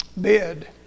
Bid